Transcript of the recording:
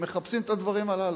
מחפשים את הדברים הללו.